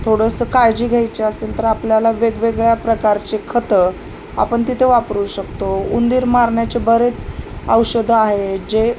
थोडंसं काळजी घ्यायची असेल तर आपल्याला वेगवेगळ्या प्रकारचे खतं आपण तिथे वापरू शकतो उंदीर मारण्याचे बरेच औषधं आहे जे